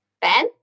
Ben